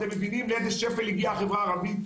אתם מבינים לאיזה שפל הגיעה החברה הערבית?